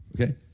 Okay